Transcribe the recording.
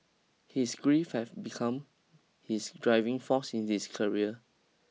his grief have become his driving force in his career